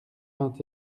vingt